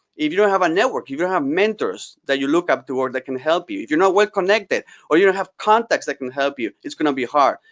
if you don't have a network, if you don't have mentors that you look up to or that can help you, if you're not well connected or you don't have contacts that can help you, it's going to be hard,